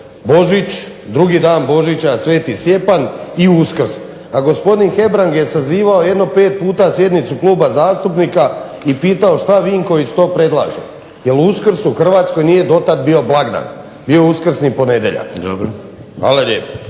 Božić, drugi dan Božića – sv. Stjepan i Uskrs. A gospodin Hebrang je sazivao jedno 5 puta sjednicu Kluba zastupnika i pitao što Vinković to predlaže jer Uskrs u Hrvatskoj nije dotad bio blagdan. Bio je Uskrsni ponedjeljak. **Šeks,